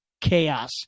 chaos